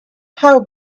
how